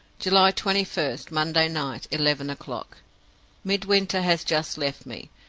july twenty first, monday night, eleven o'clock midwinter has just left me.